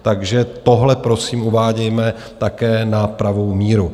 Takže tohle, prosím, uvádějme také na pravou míru.